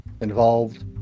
involved